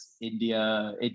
India